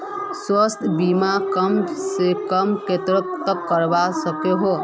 स्वास्थ्य बीमा कम से कम कतेक तक करवा सकोहो ही?